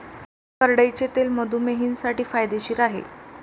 करडईचे तेल मधुमेहींसाठी फायदेशीर आहे